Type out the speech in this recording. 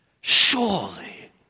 surely